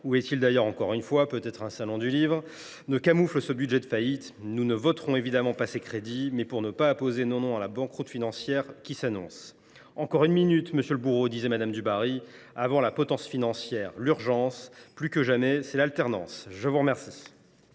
où est il, d’ailleurs, encore une fois ? peut être à un salon du livre… – ne camouflent ce budget de faillite. Nous ne voterons évidemment pas ces crédits, pour ne pas apposer nos noms à la banqueroute financière qui s’annonce. « Encore une minute, monsieur le bourreau !» disait Mme du Barry. Avant la potence financière, l’urgence, plus que jamais, c’est l’alternance ! La parole